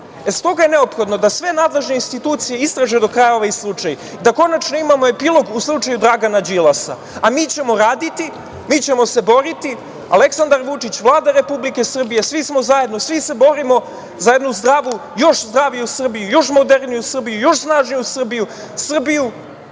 je neophodno da sve nadležne institucije istraže do kraja ovaj slučaj, da konačno imamo epilog u slučaju Dragana Đilasa, a mi ćemo raditi, mi ćemo se boriti, Aleksandar Vučić, Vlada Republike Srbije, svi smo zajedno, svi se borimo za jednu zdravu, još zdraviju Srbiju, još moderniju Srbiju, još snažniju Srbiju,